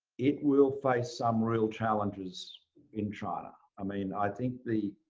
it will face some real challenges in china. i mean, i think the